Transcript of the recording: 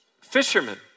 Fishermen